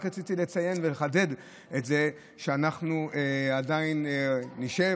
רק רציתי לציין ולחדד את זה שאנחנו עדיין נשב,